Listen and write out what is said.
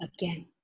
again